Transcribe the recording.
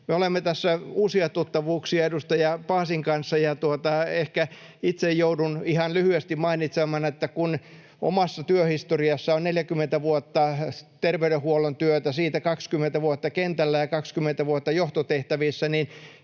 olemme tässä uusia tuttavuuksia edustaja Paasin kanssa, ja ehkä itse joudun ihan lyhyesti mainitsemaan, että kun omassa työhistoriassani on 40 vuotta terveydenhuollon työtä, siitä 20 vuotta kentällä ja 20 vuotta johtotehtävissä,